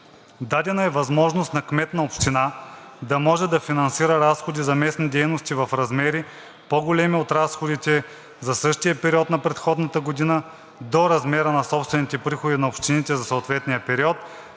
Дадена е възможност на кмет на община да може да финансира разходи за местни дейности в размери, по-големи от разходите за същия период на предходната година, до размера на собствените приходи на общините за съответния период,